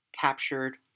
captured